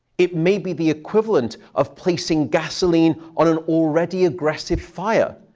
it may be the equivalent of placing gasoline on an already aggressive fire.